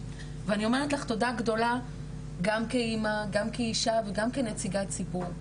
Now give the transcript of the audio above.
ואני אומרת לך תודה גדולה גם כאימא גם כאישה וגם כנציגת ציבור,